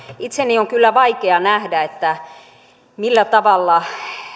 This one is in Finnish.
itseni on kyllä vaikea nähdä millä tavalla